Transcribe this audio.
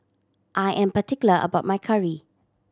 I am particular about my curry